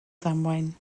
ddamwain